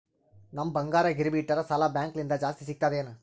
ನಮ್ ಬಂಗಾರ ಗಿರವಿ ಇಟ್ಟರ ಸಾಲ ಬ್ಯಾಂಕ ಲಿಂದ ಜಾಸ್ತಿ ಸಿಗ್ತದಾ ಏನ್?